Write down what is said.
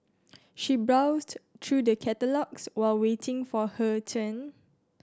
she browsed through the catalogues while waiting for her turn